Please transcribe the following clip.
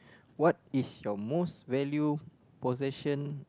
what is your most value possession